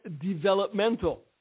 developmental